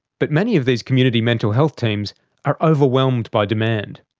but many of these community mental health teams are overwhelmed by demand.